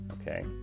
Okay